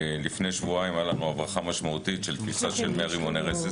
אני היום בבוקר פתחתי את הספר "אש בגליל",